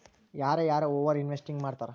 ಯಾರ ಯಾರ over investing ಮಾಡ್ತಾರಾ